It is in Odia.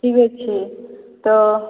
ଠିକ୍ଅଛି ତ